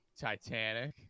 Titanic